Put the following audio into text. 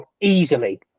Easily